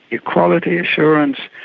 your quality assurance,